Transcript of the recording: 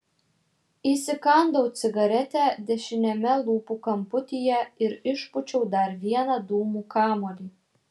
įsikandau cigaretę dešiniame lūpų kamputyje ir išpūčiau dar vieną dūmų kamuolį